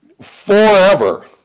forever